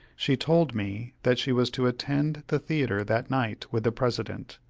she told me that she was to attend the theatre that night with the president,